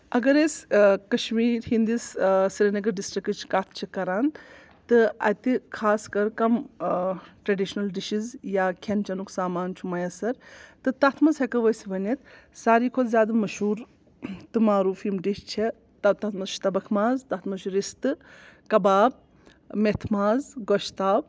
اگر أسۍ کشمیٖر ہٕنٛدِس سریٖنگر ڈِسٹرٛکٕچ کَتھ چھِ کَران تہٕ اَتہِ خاص کَر کم آ ٹریٚڈِشنَل ڈِشِز یا کھٮ۪ن چٮ۪نُک سامان چھُ میسر تہٕ تَتھ منٛز ہٮ۪کو أسۍ ؤنِتھ سارِوٕے کھۄتہٕ زیادٕ مشہوٗر تہٕ معروٗف یِم ڈِش چھِ تَتھ منٛز چھُ تَبَکھ ماز تَتھ منٛز چھُ رِستہٕ کَباب میٚتھِ ماز گۄشتاب